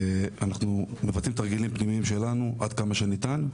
אנחנו מבצעים תרגילים פנימיים שלנו עד כמה שניתן.